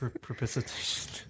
Precipitation